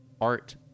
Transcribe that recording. art